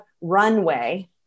runway